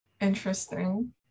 Interesting